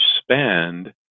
spend